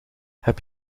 heb